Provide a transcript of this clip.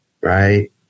right